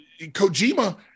Kojima